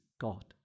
God